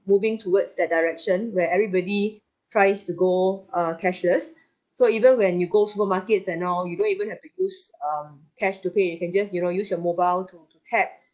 moving towards that direction where everybody tries to go uh cashless so even when you go supermarkets and all you don't even have to use um cash to pay you can just you know use your mobile to tap